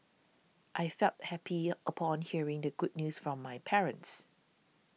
I felt happy upon hearing the good news from my parents